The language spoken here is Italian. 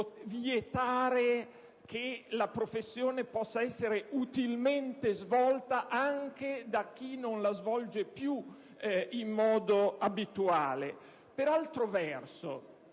vietare che la professione possa essere utilmente svolta anche da chi non la svolge più in modo abituale? Per altro verso